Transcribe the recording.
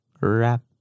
wrap